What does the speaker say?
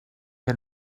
que